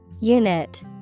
Unit